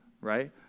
right